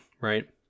right